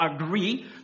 agree